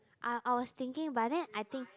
I I was thinking but then I think